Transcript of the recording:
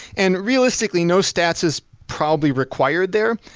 and realistically, no stats is probably required there.